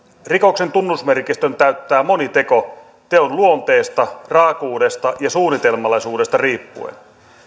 rikoksen tunnusmerkistön täyttää moni teko sen luonteesta raakuudesta ja suunnitelmallisuudesta riippuen